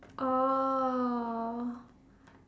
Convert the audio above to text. oh